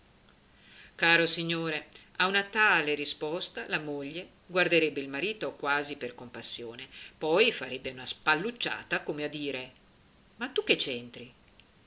caro signore a una tale risposta la moglie guarderebbe il marito quasi per compassione poi farebbe una spallucciata come a dire ma tu che